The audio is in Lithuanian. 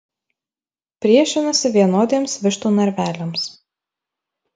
priešinasi vienodiems vištų narveliams